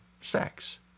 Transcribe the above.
Sex